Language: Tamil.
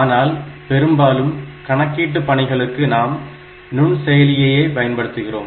ஆனால் பெரும்பாலும் கணக்கீட்டு பணிகளுக்கு நாம் நுண்செயலிகளையே பயன்படுத்துகிறோம்